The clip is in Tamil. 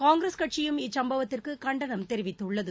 காங்கிரஸ் கட்சியும் இச்சம்பவத்திற்கு கண்டனம் தெரிவித்துள்ளது